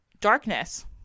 darkness